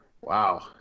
Wow